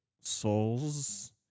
souls